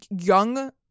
Young